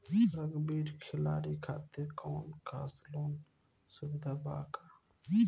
Rugby खिलाड़ी खातिर कौनो खास लोन सुविधा बा का?